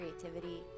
creativity